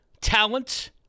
talent